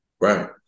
Right